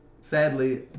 sadly